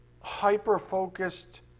hyper-focused